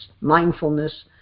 mindfulness